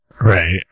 Right